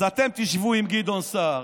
אז אתם תשבו עם גדעון סער,